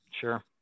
sure